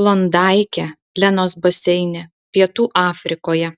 klondaike lenos baseine pietų afrikoje